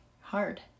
hard